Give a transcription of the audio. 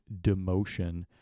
demotion